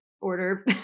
order